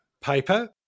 paper